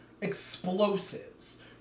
explosives